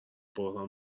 بحران